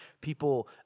people